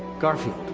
garfield.